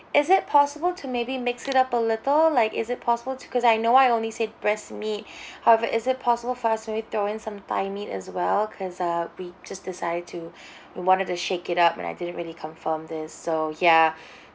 is it possible to maybe mix it up a little like is it possible to because I know I only said breast meat however is it possible for us to maybe throw in some thigh meat as well because uh we've just decided to we wanted to shake it up and I didn't really confirm this so ya